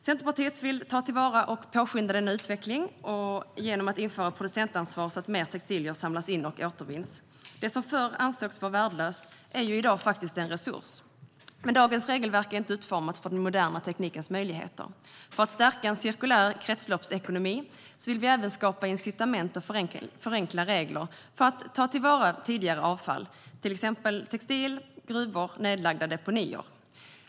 Centerpartiet vill ta till vara och påskynda denna utveckling genom att införa ett producentansvar så att mer textilier samlas in och återvinns. Det som förr ansågs värdelöst är ju i dag faktiskt en resurs. Men dagens regelverk är inte utformat för den moderna teknikens möjligheter. För att stärka en kretsloppsekonomi vill vi även skapa incitament och förenkla regler för att ta till vara avfall från exempelvis gruvor och nedlagda deponier.